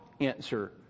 answer